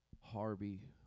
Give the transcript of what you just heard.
Harvey